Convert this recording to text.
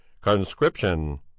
conscription